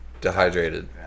dehydrated